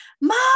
mom